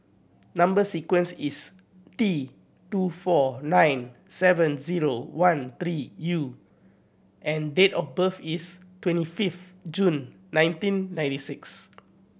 number sequence is T two four nine seven zero one three U and date of birth is twenty fifth June nineteen ninety six